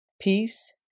Peace